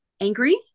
angry